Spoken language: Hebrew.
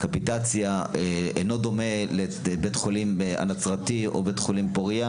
הקפיטציה אינו דומה לבית חולים הנצרתי או בית חולים פוריה,